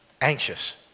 anxious